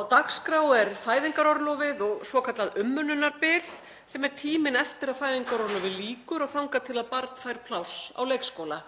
Á dagskrá er fæðingarorlofið og svokallað umönnunarbil, sem er tíminn eftir að fæðingarorlofi lýkur og þangað til barn fær pláss á leikskóla.